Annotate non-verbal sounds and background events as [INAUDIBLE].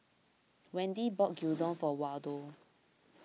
Wendi bought [NOISE] Gyudon for Waldo